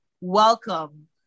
welcome